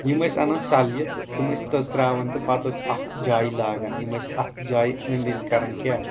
یِم ٲسۍ انان سلیہِ تہٕ تِم ٲسۍ تٔژراوان تہٕ پتہٕ ٲسۍ اتھ جایہِ لاگان یِم ٲسۍ اتھ جایہِ أنٛدۍ أنٛدۍ کران کیٛاہ